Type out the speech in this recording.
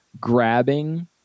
grabbing